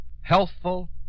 Healthful